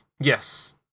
Yes